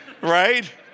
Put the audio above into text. right